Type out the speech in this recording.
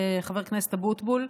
חבר הכנסת אבוטבול.